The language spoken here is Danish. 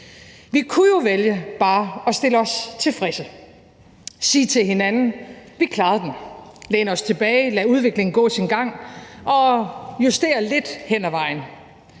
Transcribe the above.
Vi kunne jo vælge bare at stille os tilfredse, sige til hinanden, at vi jo klarede den, og læne os tilbage, lade udviklingen gå sin gang og justere lidt hen ad vejen.